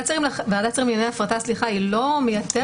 ועדת שרים לענייני הפרטה היא לא מייתרת.